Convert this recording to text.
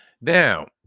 Now